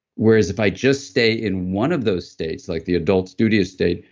whereas if i just stay in one of those states, like the adult studious state,